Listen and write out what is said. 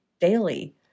daily